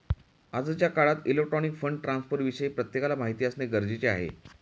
आजच्या काळात electronic fund ट्रान्स्फरविषयी प्रत्येकाला माहिती असणे गरजेचे आहे